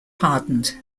pardoned